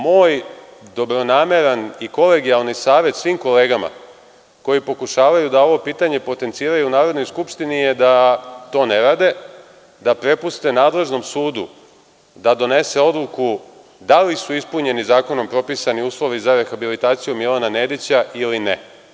Moj dobronameran i kolegijalni savet svim kolega koji pokušavaju da ovo pitanje potenciraju u Narodnoj skupštini je da to ne rade, da prepuste nadležnom sudu da donese odluku da li su ispunjeni zakonom propisani uslovi za rehabilitaciju Milana Nedića ili ne.